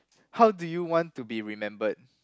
how do you want to be remembered